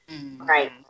right